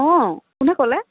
অ কোনে ক'লে